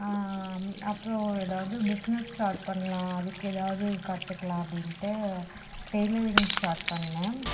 அப்புறோம் எதாவது business start பண்ணலாம் அதுக்கு எதாவது கற்றுக்கலாம் அப்படின்ட்டு டைலரிங் ஸ்டார்ட் பண்ணேன்